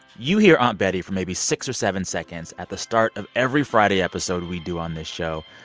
you hear aunt betty for maybe six or seven seconds at the start of every friday episode we do on this show.